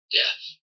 death